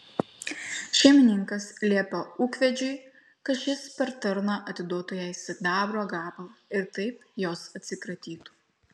šeimininkas liepia ūkvedžiui kad šis per tarną atiduoti jai sidabro gabalą ir taip jos atsikratytų